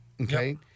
Okay